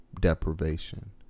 deprivation